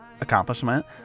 accomplishment